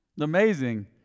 Amazing